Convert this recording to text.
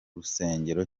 rusengero